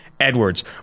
Edwards